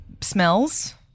smells